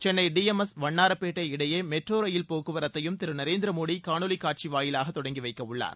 Chennai T M S Vannarapettai இடையே metro rail போக்குவரத்தையும் திரு நரேந்திரமோடி காணொலி காட்சி வாயிலாக தொடங்கி வைக்கவுள்ளார்